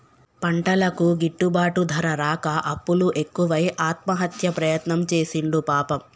పంటలకు గిట్టుబాటు ధర రాక అప్పులు ఎక్కువై ఆత్మహత్య ప్రయత్నం చేసిండు పాపం